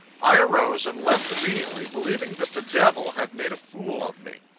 i arose, and left immediately, believing that the devil had made a fool of me.